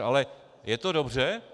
Ale je to dobře?